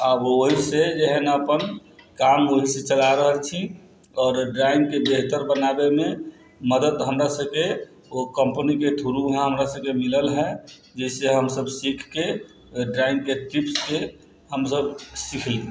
आब ओयसँ जे हय ने अपन काम वहीँसँ चला रहल छी आओर ड्रॉइंगके बेहतर बनाबैमे मदति हमरा सबके कम्पनीके थ्रू वहाँ हमरा सबके मिलल है जिससे हमसब सीखके ड्रॉइंगके चिप्ससँ हमसब सीखली